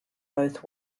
both